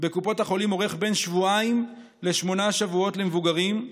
בקופות החולים אורך בין שבועיים לשמונה שבועות למבוגרים,